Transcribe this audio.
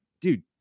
dude